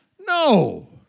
No